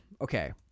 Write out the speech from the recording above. Okay